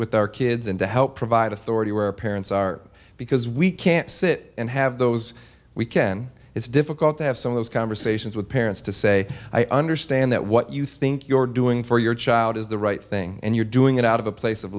with our kids and to help provide authority where parents are because we can't sit and have those we can it's difficult to have some of those conversations with parents to say i understand that what you think you're doing for your child is the right thing and you're doing it out of a place of